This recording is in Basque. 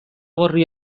gorri